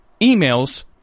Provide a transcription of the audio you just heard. emails